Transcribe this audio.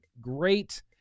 great